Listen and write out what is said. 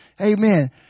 Amen